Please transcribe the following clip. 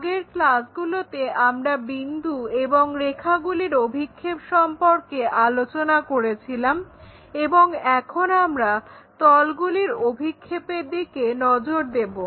আগের ক্লাসগুলোতে আমরা বিন্দু এবং রেখাগুলির অভিক্ষেপ সম্পর্কে আলোচনা করেছিলাম এবং এখন আমরা তলগুলির অভিক্ষেপের দিকে নজর দেবো